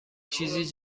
چیز